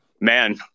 man